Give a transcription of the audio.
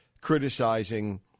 criticizing